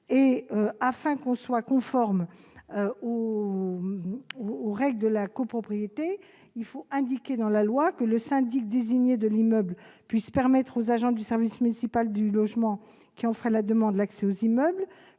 Afin de rendre conformes les règles de la copropriété, il faut indiquer dans la loi que le syndic désigné de l'immeuble doit permettre aux agents du service municipal du logement qui en feraient la demande d'accéder aux immeubles